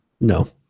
No